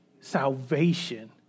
salvation